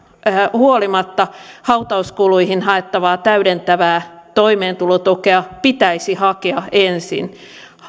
huolimatta hautauskuluihin haettavaa täydentävää toimeentulotukea pitäisi hakea ensin